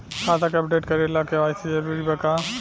खाता के अपडेट करे ला के.वाइ.सी जरूरी बा का?